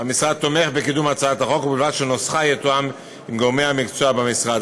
תומך בקידום הצעת החוק ובלבד שנוסחה יתואם עם גורמי המקצוע במשרד.